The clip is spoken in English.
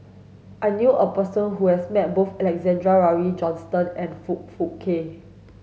I knew a person who has met both Alexander Laurie Johnston and Foong Fook Kay